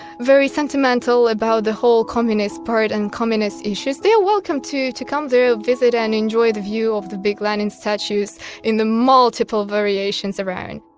very sentimental about the whole communist part and communist issues, they are welcome to to come there, ah visit, and enjoy the view of the big lenin statues in the multiple variations around